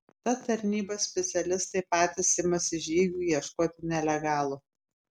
tad tarnybos specialistai patys imasi žygių ieškoti nelegalų